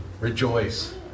rejoice